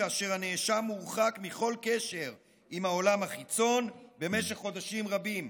כאשר הנאשם מורחק מכל קשר עם העולם החיצון במשך חודשים רבים,